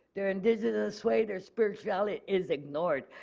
their indigenous way, their spirituality it is ignored.